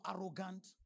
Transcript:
arrogant